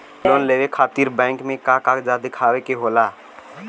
Loan लेवे खातिर bank मे का कागजात दिखावे के होला?